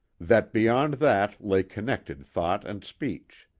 that beyond that lay connected thought and speech.